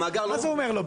מה זה אומר לו?